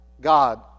God